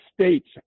states